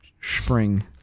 spring